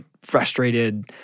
frustrated